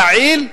יעיל,